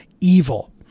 evil